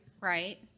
Right